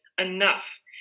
enough